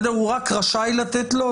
הוא רק רשאי לתת לו,